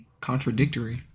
Contradictory